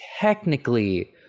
technically